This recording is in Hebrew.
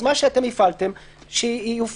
ושוב